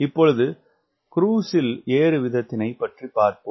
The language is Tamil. இப்பொழுது குரூஸினில் ஏறு வீதத்தினைப் பற்றி பார்ப்போம்